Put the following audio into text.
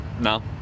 No